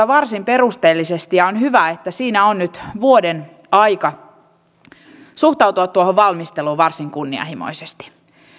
varsin perusteellisesti ja on hyvä että siinä on nyt vuoden aika suhtautua tuohon valmisteluun varsin kunnianhimoisesti